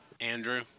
Andrew